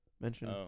mention